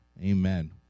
Amen